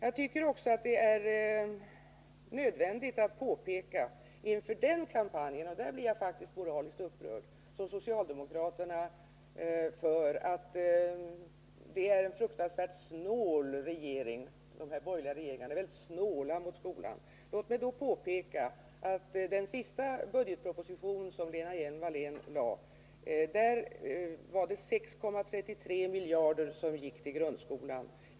I den kampanj som socialdemokraterna för — och här blir jag faktiskt moraliskt upprörd — som går ut på att de borgerliga regeringarna är fruktansvärt snåla mot skolan, är det nödvändigt att påpeka att i den sista budgetproposition som Lena Hjelm-Wallén var med om att lägga fram gick 6,3 miljarder till grundskolan.